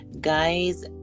guys